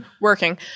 Working